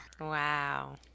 Wow